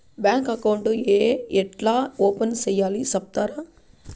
Bank account ఏ ఎట్లా open సేయాలి సెప్తారా?